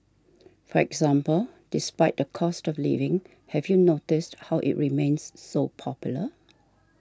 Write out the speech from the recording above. for example despite the cost of living have you noticed how it remains so popular